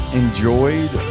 enjoyed